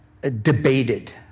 debated